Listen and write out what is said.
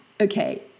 Okay